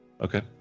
Okay